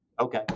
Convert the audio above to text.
Okay